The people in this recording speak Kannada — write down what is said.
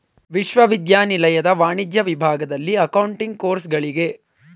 ವಿಶ್ವವಿದ್ಯಾನಿಲಯದ ವಾಣಿಜ್ಯ ವಿಭಾಗದಲ್ಲಿ ಅಕೌಂಟಿಂಗ್ ಕೋರ್ಸುಗಳಿಗೆ